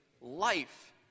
life